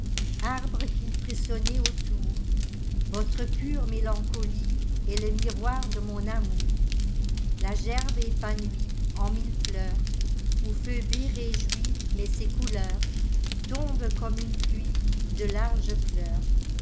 arbres qui frissonnez autour votre pure mélancolie est le miroir de mon amour la gerbe épanouie en mille fleurs où phœbé réjouie met ses couleurs tombe comme un pluie de larges pleurs